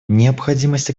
необходимость